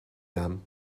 them